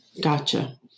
Gotcha